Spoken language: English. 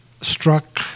struck